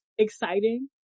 exciting